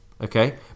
okay